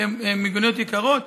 כי המיגוניות יקרות,